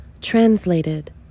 translated